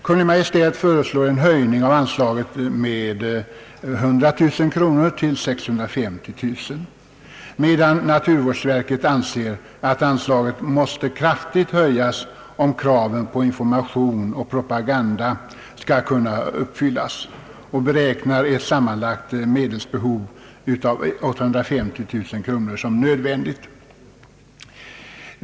Kungl. Maj:t föreslår en höjning av anslaget med 100 000 kronor till 650 000 kronor, medan naturvårdsverket anser att anslaget måste höjas kraftigt om kraven på information och propaganda skall kunna uppfyllas. Verket beräknar ett sammanlagt medelsanslag av 850 000 kronor som nödvändigt.